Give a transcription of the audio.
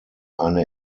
eine